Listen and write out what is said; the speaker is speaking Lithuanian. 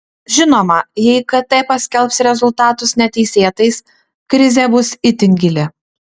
žinoma jei kt paskelbs rezultatus neteisėtais krizė bus itin gili